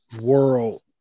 world